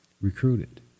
recruited